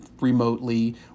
remotely